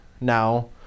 now